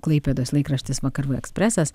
klaipėdos laikraštis vakarų ekspresas